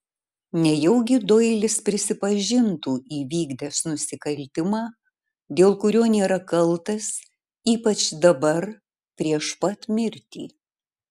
nejaugi doilis prisipažintų įvykdęs nusikaltimą dėl kurio nėra kaltas ypač dabar prieš pat mirtį